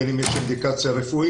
בין אם יש אינדיקציה רפואית,